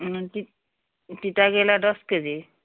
তিত তিতাকেৰেলা দহ কেজি